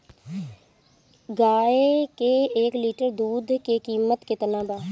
गाए के एक लीटर दूध के कीमत केतना बा?